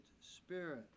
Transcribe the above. spirit